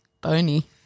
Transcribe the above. Bony